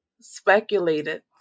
speculated